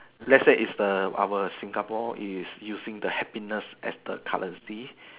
let's say it's the our Singapore is using the happiest as the currency